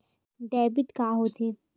Debit का होथे?